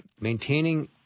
maintaining